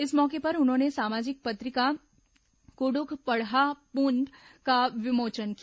इस मौके पर उन्होंने सामाजिक पत्रिका कुडूख पड़हा पुंप का विमोचन किया